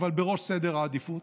אבל בראש סדר העדיפויות,